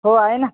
हो आहे ना